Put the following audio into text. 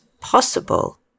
possible